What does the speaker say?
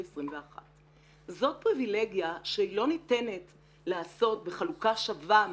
21. זאת פריווילגיה שלא ניתנת לעשות בחלוקה שווה,